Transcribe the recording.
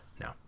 no